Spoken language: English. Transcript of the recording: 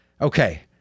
okay